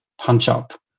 punch-up